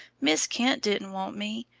miss kent didn't want me,